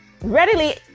readily